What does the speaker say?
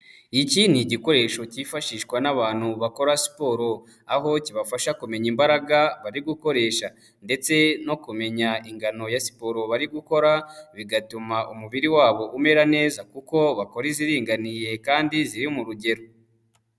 Iki ni igikoresho cyifashishwa n'abantu bakora siporo, aho kibafasha kumenya imbaraga bari gukoresha ndetse no kumenya ingano ya siporo bari gukora, bigatuma umubiri wabo umera neza kuko bakora iziringaniye kandi ziri mu rugero.